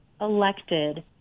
elected